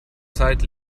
zeit